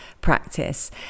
practice